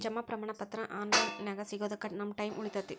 ಜಮಾ ಪ್ರಮಾಣ ಪತ್ರ ಆನ್ ಲೈನ್ ನ್ಯಾಗ ಸಿಗೊದಕ್ಕ ನಮ್ಮ ಟೈಮ್ ಉಳಿತೆತಿ